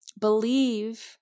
believe